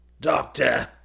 Doctor